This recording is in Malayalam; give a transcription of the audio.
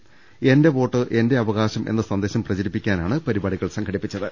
എന്റെ വോട്ട് എന്റെ അവകാശം എന്ന സന്ദേശം പ്രചരിപ്പിക്കാനാണ് പരിപാടികൾ സംഘടിപ്പിച്ചത്